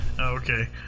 Okay